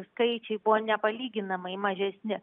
skaičiai buvo nepalyginamai mažesni